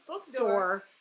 store